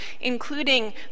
including